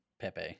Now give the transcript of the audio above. pepe